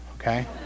okay